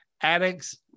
addicts